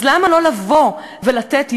אז למה לא לבוא ולתת יד?